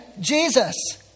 Jesus